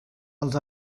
els